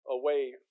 away